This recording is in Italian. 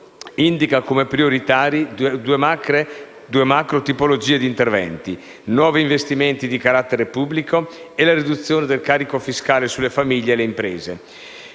indica come prioritari due macrotipologie di interventi: nuovi investimenti di carattere pubblico e la riduzione del carico fiscale sulle famiglie e le imprese.